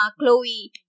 Chloe